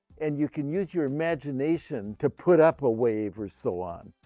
and you can use your imagination to put up a wave or so on.